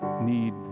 need